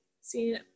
See